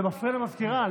זה מפריע למזכירה,